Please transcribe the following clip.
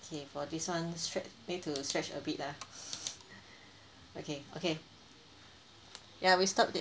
okay for this [one] stre~ need to stretch a bit ah okay okay ya we stopped th~